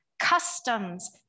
Customs